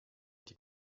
die